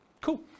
Cool